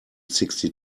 sixty